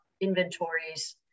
inventories